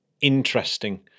interesting